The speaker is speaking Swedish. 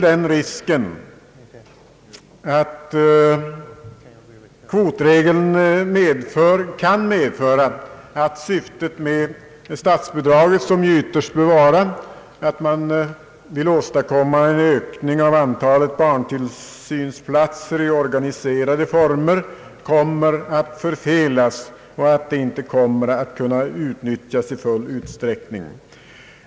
Den risken föreligger väl att kvotregeln kan medföra att syftet med statsbidraget, som ju yt terst bör vara att åstadkomma en ökning av antalet barntillsynsplatser i organiserade former, kommer att förfelas och att det inte kommer att kunna utnyttjas i full utsträckning.